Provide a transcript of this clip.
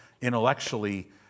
intellectually